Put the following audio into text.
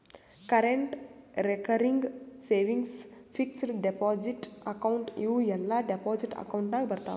current, recurring, savings, fixed deposit account ಇವೂ ಎಲ್ಲಾ deposit account ನಾಗ್ ಬರ್ತಾವ್